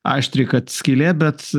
aštriai kad skylė bet